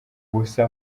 ubusa